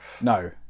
No